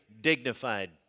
dignified